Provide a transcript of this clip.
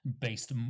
based